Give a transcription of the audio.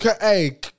hey